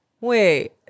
wait